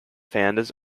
founders